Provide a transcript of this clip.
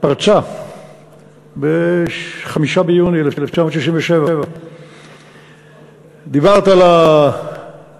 שפרצה ב-5 ביוני 1967. דיברת על התוצאות